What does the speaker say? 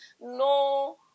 no